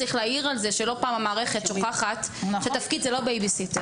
צריך להעיר על זה שלא פעם המערכת שוכחת שתפקיד זה לא בייביסיטר.